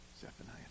Zephaniah